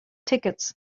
tickets